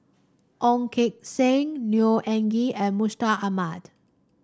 Ong Keng Sen Neo Anngee and Mustaq Ahmad